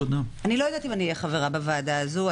אני לא יודעת אם אהיה חברה בוועדה הזו,